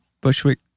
bushwick